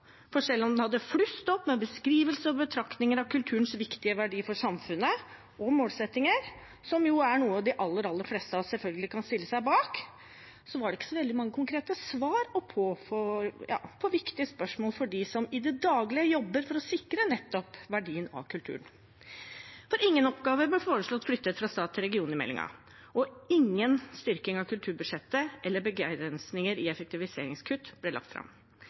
For selv om den hadde flust opp med beskrivelser og betraktninger av kulturens viktige verdi for samfunnet, og målsettinger, som er noe de aller, aller fleste av oss selvfølgelig kan stille seg bak, var det ikke så veldig mange konkrete svar å få på viktige spørsmål for dem som i det daglige jobber for å sikre nettopp verdien av kulturen. Ingen oppgaver ble foreslått flyttet fra stat til region i meldingen. Og ingen styrking av kulturbudsjettet eller begrensninger i effektiviseringskutt ble lagt fram.